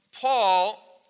Paul